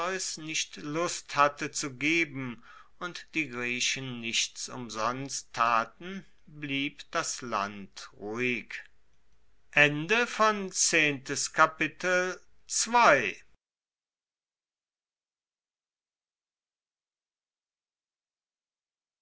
nicht lust hatte zu geben und die griechen nichts umsonst taten blieb das land ruhig